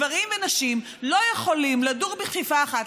גברים ונשים לא יכולים לדור בכפיפה אחת,